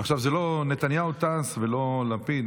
לא נתניהו טס ולא לפיד,